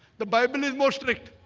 the bible is more strict